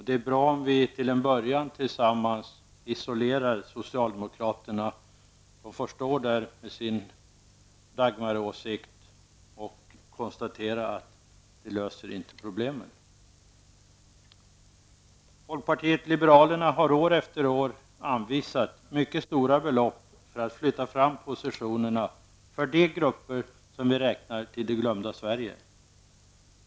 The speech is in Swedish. Det är bra om vi till en början tillsammans isolerar socialdemokraterna. De får stå där med sin Dagmarreform och konstatera att den inte löser problemen. Folkpartiet liberalerna har år efter år anvisat mycket stora belopp för att flytta fram positionerna för de grupper som vi räknar till ''det glömda Sverige''.